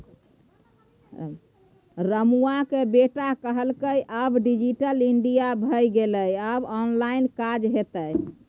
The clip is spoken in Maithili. रमुआक बेटा कहलकै आब डिजिटल इंडिया भए गेलै आब ऑनलाइन काज हेतै